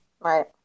Right